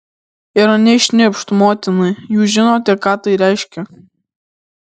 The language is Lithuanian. ir anei šnipšt motinai jūs žinote ką tai reiškia